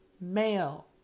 male